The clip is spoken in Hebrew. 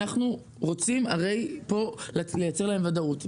אנחנו רוצים הרי פה לייצר להם ודאות.